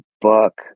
book